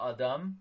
Adam